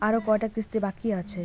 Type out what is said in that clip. আরো কয়টা কিস্তি বাকি আছে?